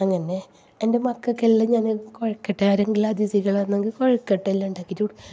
അങ്ങന്നെ എന്റെ മക്കൾക്കെല്ലാം ഞാൻ കൊഴക്കട്ട ആരെങ്കിലും അതിഥികൾ വന്നെങ്കിൽ കൊഴക്കട്ട എല്ലാം ഉണ്ടാക്കിയിട്ട്